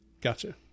Gotcha